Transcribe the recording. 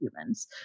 humans